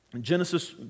Genesis